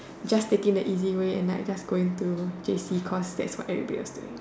just taking the easy way and like just go to J_C cause that's what everybody was doing